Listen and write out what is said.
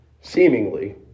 seemingly